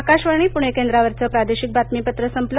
आकाशवाणी पुणे केंद्रावरचं प्रादेशिक बातमीपत्र संपलं